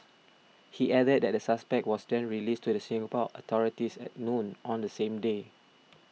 he added that the suspect was then released to the Singapore authorities at noon on the same day